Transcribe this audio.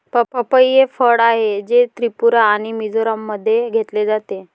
पपई हे फळ आहे, जे त्रिपुरा आणि मिझोराममध्ये घेतले जाते